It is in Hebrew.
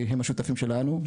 הם השותפים שלנו.